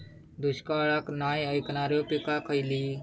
दुष्काळाक नाय ऐकणार्यो पीका खयली?